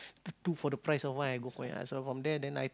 two for the price of one I go for him so from there then I